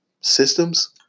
Systems